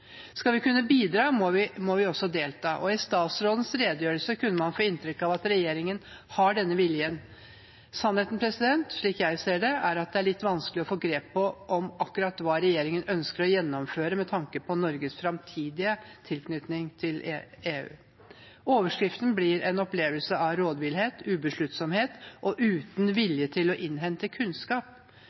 Skal vi kunne bidra, må vi også delta. I statsrådens redegjørelse kunne man få inntrykk av at regjeringen har denne viljen. Sannheten slik jeg ser det, er at det er litt vanskelig å få grep om akkurat hva regjeringen ønsker å gjennomføre, med tanke på Norges framtidige tilknytning til EU. Overskriften blir en opplevelse av rådvillhet, ubesluttsomhet og manglende vilje til å innhente kunnskap